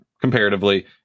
comparatively